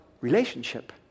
relationship